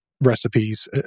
recipes